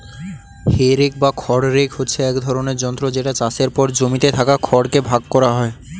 হে rake বা খড় rake হচ্ছে এক ধরণের যন্ত্র যেটা চাষের পর জমিতে থাকা খড় কে ভাগ করা হয়